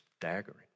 staggering